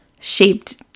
shaped